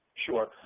sure.